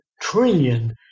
trillion